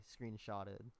screenshotted